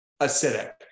acidic